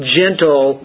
gentle